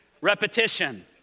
Repetition